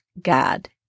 God